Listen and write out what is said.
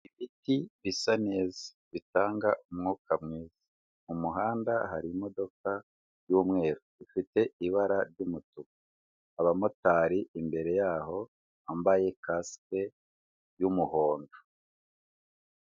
Ibiti bisa neza bitanga umwuka mwiza, mu muhanda hari imodoka y'umweru ifite ibara ry'umutuku, abamotari imbere yaho bambaye kasike y'umuhondo.